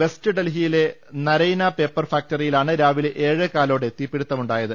west ഡൽഹിയിലെ Naraina paper ഫാക്ടറിയിലാണ് രാവിലെ ഏഴേകാലോടെ തീപിടിത്തമുണ്ടായത്